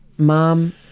Mom